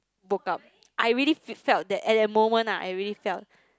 broke up I really felt that at the moment I really felt